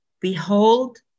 behold